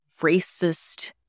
racist